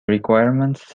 requirements